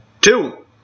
Two